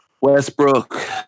Westbrook